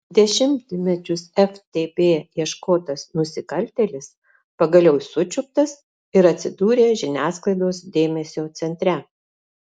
dešimtmečius ftb ieškotas nusikaltėlis pagaliau sučiuptas ir atsidūrė žiniasklaidos dėmesio centre